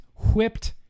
Whipped